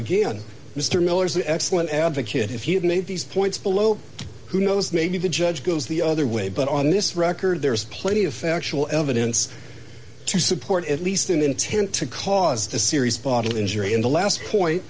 again mr miller's an excellent advocate if you've made these points below who knows maybe the judge goes the other way but on this record there is plenty of factual evidence to support at least an intent to cause a serious bodily injury in the last point